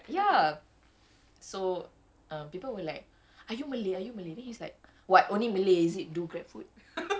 ya so uh people will like are you malay are you malay then he's like what only malay is it do grabfood